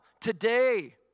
today